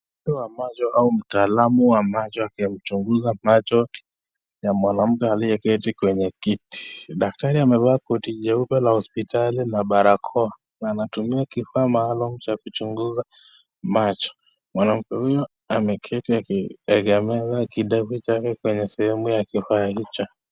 Daktari wa macho au mtaalam wa macho akimchunguza macho ya mwanamke aliyeketi kwenye kiti. Daktari amevaa koti jeupe la hospitali na barakao na anatumia kifaa maalum cha kuchunguza macho. Mwanamke huyo anaketi akiegemeza kidefu chake kwenye sehemu ya kifaa hicho.